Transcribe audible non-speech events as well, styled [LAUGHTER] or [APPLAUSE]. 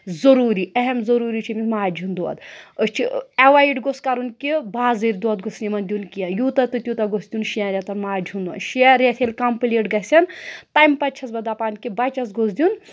ضٔروٗری اہم ضٔروٗری چھِ أمِس ماجہِ ہُنٛد دۄد أسۍ چھِ اٮ۪وایڈ گوٚژھ کَرُن کہِ بازٕرۍ دۄد گوٚژھ یِمَن دیُن کینٛہہ یوٗتاہ تہٕ تیوٗتاہ گوٚژھ تِم شٮ۪ن رٮ۪تَن ماجہِ ہُنٛد [UNINTELLIGIBLE] شےٚ رٮ۪تھ ییٚلہِ کَمپٕلیٖٹ گژھن تَمہِ پَتہٕ چھَس بہٕ دَپان کہِ بَچَس گوٚژھ دیُن